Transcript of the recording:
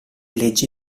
leggi